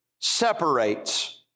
separates